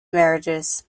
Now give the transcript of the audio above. marriages